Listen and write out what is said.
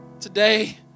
Today